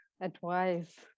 Advice